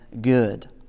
good